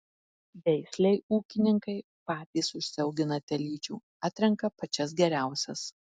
veislei ūkininkai patys užsiaugina telyčių atrenka pačias geriausias